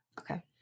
Okay